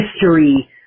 history